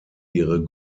ihre